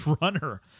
runner